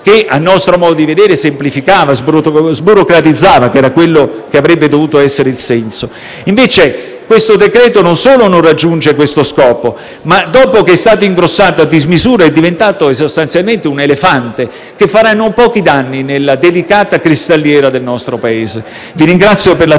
che, a nostro modo di vedere, semplificava e sburocratizzava, ciò che avrebbe dovuto essere il senso del provvedimento. Invece questo decreto-legge non solo non raggiunge questo scopo ma, dopo che è stato ingrossato a dismisura, è diventato sostanzialmente un elefante che farà non pochi danni nella delicata cristalliera del nostro Paese. Vi ringrazio per l'attenzione